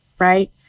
right